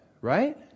right